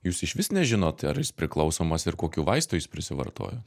jūs išvis nežinot ar jis priklausomas ir kokių vaistų jis prisivartojo